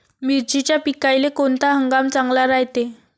मिर्चीच्या पिकाले कोनता हंगाम चांगला रायते?